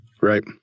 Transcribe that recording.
Right